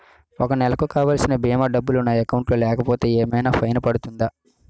ఒక నెలకు కావాల్సిన భీమా డబ్బులు నా అకౌంట్ లో లేకపోతే ఏమైనా ఫైన్ పడుతుందా?